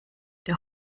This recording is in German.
der